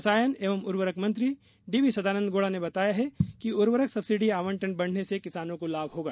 रसायन एवं उर्वरक मंत्री डीवीसदानंद गौडा ने बताया कि उर्वरक सब्सिडी आवंटन बढ़ने से किसानों को लाभ होगा